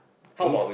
if